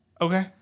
Okay